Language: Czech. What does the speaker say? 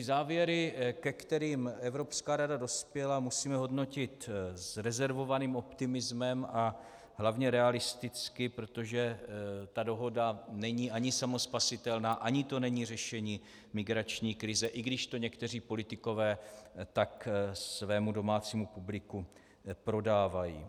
Závěry, ke kterým Evropská rada dospěla, musíme hodnotit s rezervovaným optimismem a hlavně realisticky, protože ta dohoda není ani samospasitelná, ani to není řešení migrační krize, i když to někteří politikové tak svému domácímu publiku prodávají.